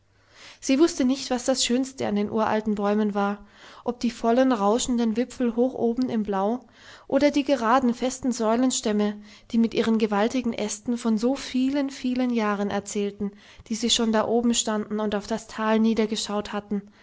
sie wußte nicht was das schönste an den uralten bäumen war ob die vollen rauschenden wipfel hoch oben im blau oder die geraden festen säulenstämme die mit ihren gewaltigen ästen von so vielen vielen jahren erzählten die sie schon da oben gestanden und auf das tal niedergeschaut hatten